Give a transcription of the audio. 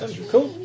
Cool